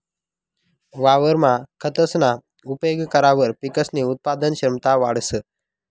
वावरमा खतसना उपेग करावर पिकसनी उत्पादन क्षमता वाढंस